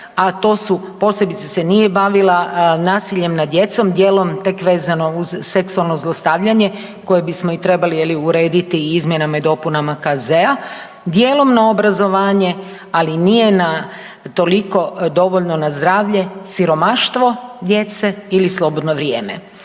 a to su, posebice se nije bavila nasiljem nad djecom, dijelom tek vezano uz seksualno zlostavljanje, koje bismo i trebali je li, urediti i izmjenama i dopunama KZ-a, dijelom na obrazovanje, ali nije na toliko dovoljno na zdravlje, siromaštvo djece ili slobodno vrijeme.